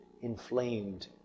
inflamed